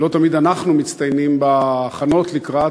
לא תמיד אנחנו מצטיינים בהכנות לקראת,